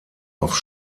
auf